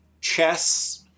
Chess